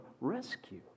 rescue